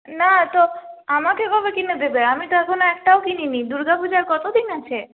না তো আমাকে কবে কিনে দেবে আমি তো এখনো একটাও কিনিনি দূর্গাপুজা আর কতদিন আছে